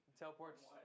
teleports